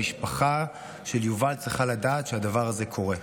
המשפחה של יובל צריכה לדעת שהדבר הזה קורה.